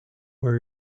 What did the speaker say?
where